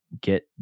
get